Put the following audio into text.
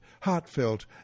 heartfelt